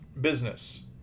business